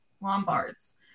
lombards